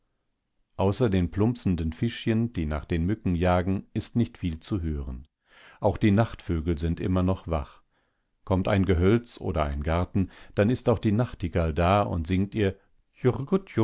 außer den plumpsenden fischchen die nach den mücken jagen ist nicht viel zu hören nur die nachtvögel sind immer noch wach kommt ein gehölz oder ein garten dann ist auch die nachtigall da und singt ihr